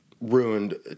ruined